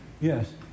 Yes